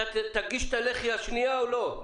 אתה תגיש למשרד הבריאות את הלחי השניה או לא?